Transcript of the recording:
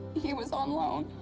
he was on loan.